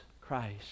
Christ